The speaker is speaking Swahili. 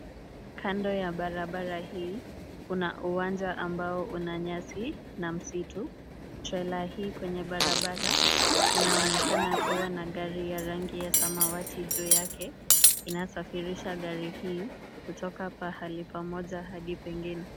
Kando ya barabara hii, kuna uwanja ambao una nyasi na msitu. Trela hii kwenye barabara inaonekana kuwa na gari ya rangi ya samawati juu yake. Inasafirisha gari hii kutoka pahali pamoja hadi pengine.